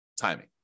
timing